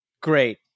Great